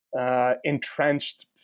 entrenched